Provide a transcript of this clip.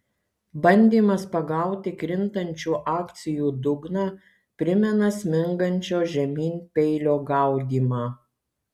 bandymas pagauti krintančių akcijų dugną primena smingančio žemyn peilio gaudymą